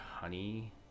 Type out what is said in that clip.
honey